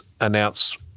announce